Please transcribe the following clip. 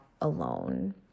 alone